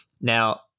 Now